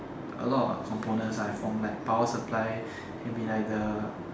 a lot of components ah from like power supply can be like the